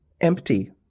empty